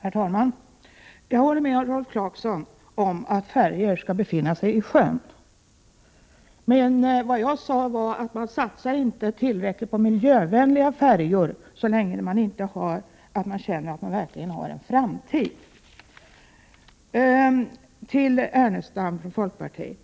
Herr talman! Jag håller med Rolf Clarkson om att färjor skall befinna sig i sjön. Men vad jag har sagt är att man inte har satsat tillräckligt mycket på miljövänliga färjor så länge människor inte kan känna att det finns en framtid. Sedan till Lars Ernestam och folkpartiet.